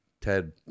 Ted